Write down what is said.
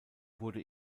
wurde